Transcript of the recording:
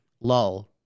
lull